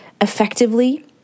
effectively